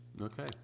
Okay